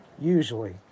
Usually